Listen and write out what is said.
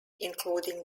including